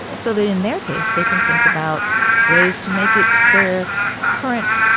so that in their case, they can think about ways to make it their current